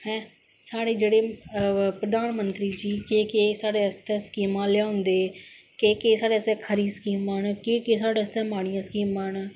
है साढ़े जेहडे़ प्रधानमंत्री जी केह् के्ह साढ़े आस्तै स्किमां लेआंदे केह् केह् साढ़े आस्तै खरी स्कीम ना केह् केंह साढ़े आस्तै माडिया स्किमा ना